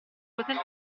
poter